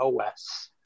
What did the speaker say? OS